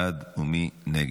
מי בעד ומי נגד?